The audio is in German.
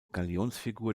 galionsfigur